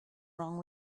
wrong